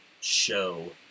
show